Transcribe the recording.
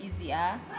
easier